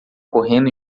correndo